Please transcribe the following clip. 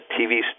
TV